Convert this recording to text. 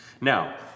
Now